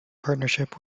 partnership